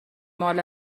مال